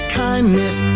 kindness